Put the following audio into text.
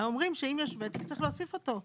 הם אומרים שאם יש ותק, צריך להוסיף אותו.